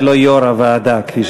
ולא יו"ר הוועדה.